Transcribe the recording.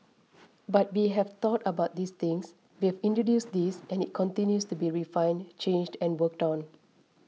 but we have thought about these things we've introduced these and it continues to be refined changed and worked on